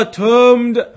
termed